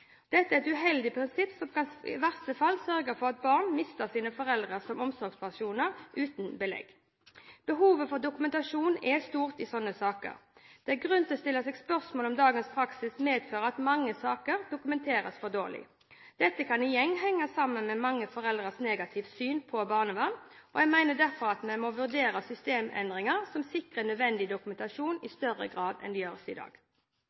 Dette er et uheldig prinsipp, som i verste fall kan sørge for at barn mister sine foreldre som omsorgspersoner, uten belegg. Behovet for dokumentasjon er stort i slike saker. Det er grunn til å stille seg spørsmål om dagens praksis medfører at mange saker dokumenteres for dårlig. Dette kan igjen henge sammen med mange foreldres negative syn på barnevern, og jeg mener derfor at vi må vurdere systemendringer som sikrer nødvendig dokumentasjon i større grad enn i dag.